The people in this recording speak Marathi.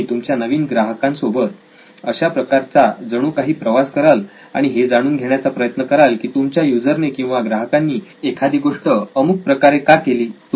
तुम्ही तुमच्या नवीन ग्राहकांस सोबत अशा प्रकारचा जणू काही प्रवास कराल आणि हे जाणून घेण्याचा प्रयत्न कराल की तुमच्या युजर ने किंवा ग्राहकांनी एखादी गोष्ट अमुक प्रकारे का केली